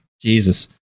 Jesus